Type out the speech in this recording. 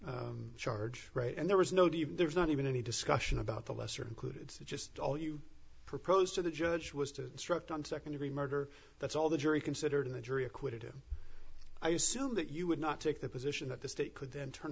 murder charge right and there was no do you there's not even any discussion about the lesser included it's just all you proposed to the judge was to instruct on nd degree murder that's all the jury considered the jury acquitted him i assume that you would not take the position that the state could then turn